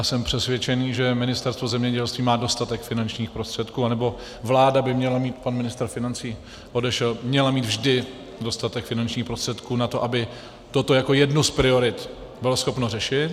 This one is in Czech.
Jsem přesvědčený, že Ministerstvo zemědělství má dostatek finančních prostředků, nebo vláda by měla mít pan ministr financí odešel měla by mít vždy dostatek finančních prostředků na to, aby toto jako jednu z priorit byla schopna řešit.